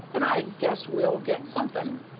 and i guess we'll get something.